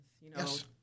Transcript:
Yes